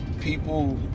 people